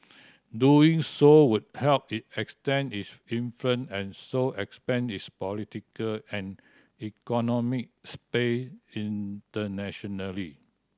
doing so would help it extend its influence and so expand its political and economic space internationally